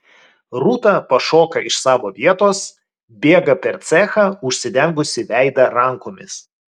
rūta pašoka iš savo vietos bėga per cechą užsidengusi veidą rankomis